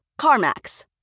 CarMax